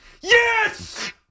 Yes